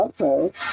okay